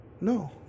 No